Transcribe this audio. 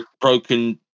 broken